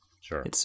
Sure